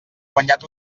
guanyat